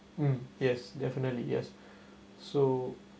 mm yes definitely yes so